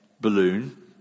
balloon